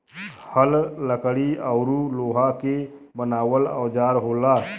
हल लकड़ी औरु लोहा क बनावल औजार होला